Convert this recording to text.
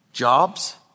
Jobs